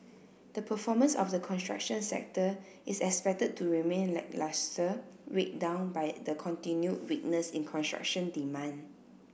the performance of the construction sector is expected to remain lacklustre weighed down by the continued weakness in construction demand